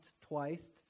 twice